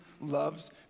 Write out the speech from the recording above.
loves